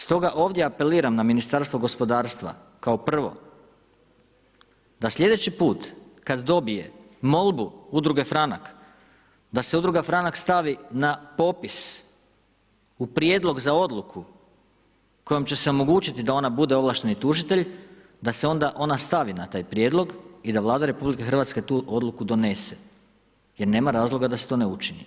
Stoga ovdje apeliram na Ministarstvo gospodarstva kao prvo da sljedeći put kada dobije molbu Udruge Franak da se Udruga Franak stavi na popis u prijedlog za odluku kojom će se omogućiti da ona bude ovlašteni tužitelj, da se onda ona stavi na taj prijedlog i da Vlada RH tu odluku donese jer nema razloga da se to ne učini.